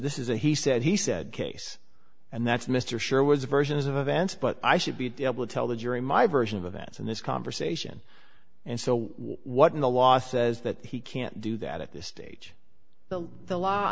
this is a he said he said case and that's mr sure was versions of events but i should be able to tell the jury my view of events in this conversation and so what can the law says that he can't do that at this stage the the la